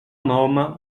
mahoma